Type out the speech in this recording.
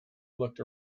looked